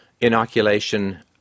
inoculation